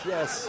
Yes